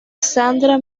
sandra